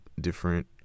different